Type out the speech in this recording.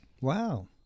Wow